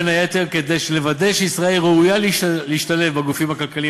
בין היתר כדי לוודא שישראל ראויה להשתלב בגופים הכלכליים